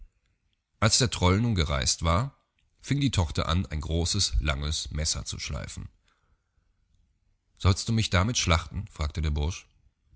als der troll nun gereis't war fing die tochter an ein großes langes messer zu schleifen sollst du mich damit schlachten fragte der bursch